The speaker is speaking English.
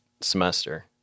semester